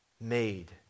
made